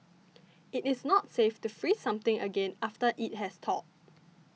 it is not safe to freeze something again after it has thawed